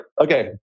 okay